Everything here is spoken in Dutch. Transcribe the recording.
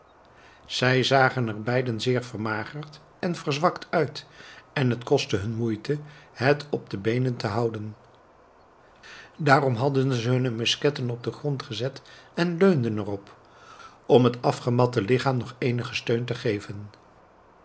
zij zagen er beiden zeer vermagerd en verzwakt uit en het kostte hun moeite het op de beenen te houden daarom hadden ze hunne musketten op den grond gezet en leunden er op om het afgematte lichaam nog eenigen steun te geven